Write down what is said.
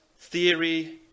theory